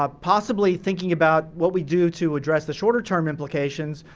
ah possibly thinking about what we do to address the shorter-term implications,